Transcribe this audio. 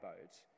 boats